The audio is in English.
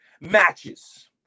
matches